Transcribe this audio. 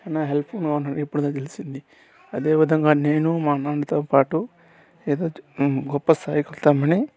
చాలా హెల్పఫుల్గా ఉన్నాడు ఇప్పుడుదా తెలిసింది అదే విధంగా నేను మా నాన్నతో పాటు ఏదో గొప్ప స్థాయికి వెళ్తామని